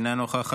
אינה נוכחת.